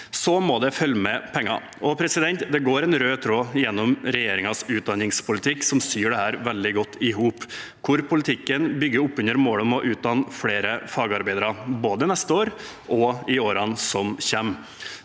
Så må det følge med penger. Det går en rød tråd gjennom regjeringens utdanningspolitikk som syr dette veldig godt sammen, hvor politikken bygger opp under målet om å utdanne flere fagarbeidere, både neste år og i årene som kommer.